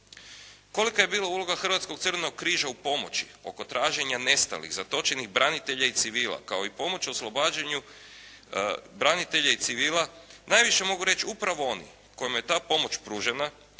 Kolika je bila uloga Hrvatskog crvenog križa u pomoći oko traženja nestalih, zatočenih branitelja i civila kao i pomoć oslobađanju branitelja i civila, najviše mogu reći upravo oni kojima je ta pomoć pružena